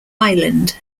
island